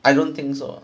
I don't think so